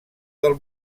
del